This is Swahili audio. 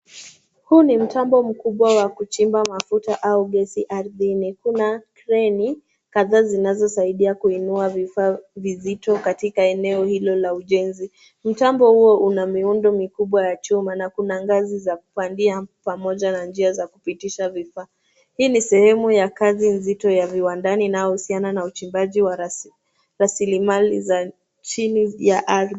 Huu ni mtambo mkubwa wa kuchimba mafuta au gesi ardhini. Kuna kreni, kadhaa zinazoweza saidia kuinua vifaa vizito katika eneo hilo la ujenzi. Mtambo huo una miundo mikubwa ya chuma, na kuna ngazi ya kupandia, pamoja na njia za kupitisha vifaa. Hii ni sehemu ya kazi nzito ya viwandani inayohusiana na uchimbaji wa rasilimali za chini ya ardhi.